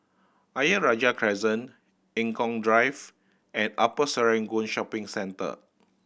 Ayer Rajah Crescent Eng Kong Drive and Upper Serangoon Shopping Centre